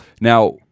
Now